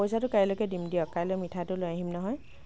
পইচাটো কাইলৈকে দিম দিয়ক কাইলৈ মিঠাইটো লৈ আহিম নহয়